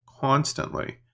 constantly